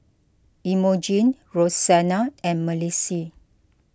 Imogene Rosanna and Malissie